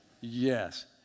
Yes